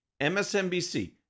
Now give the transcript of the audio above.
MSNBC